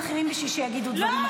אני באמת מתנצלת בפנייך גם על הדברים,